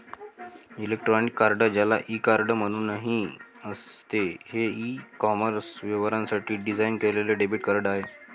electronic card, ज्याला e card म्हणूनही असते, हे ई कॉमर्स व्यवहारांसाठी डिझाइन केलेले डेबिट कार्ड आहे